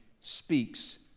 speaks